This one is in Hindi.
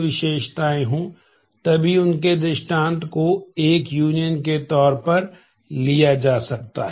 विशेषताएं हो तभी उनके दृष्टांत को एक यूनियन के तौर पर लिया जा सकता है